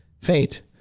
fate